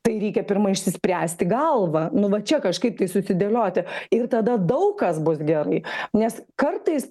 tai reikia pirma išsispręsti galvą nu va čia kažkaip tai susidėlioti ir tada daug kas bus gerai nes kartais